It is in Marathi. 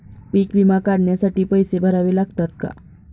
पीक विमा काढण्यासाठी पैसे भरावे लागतात का?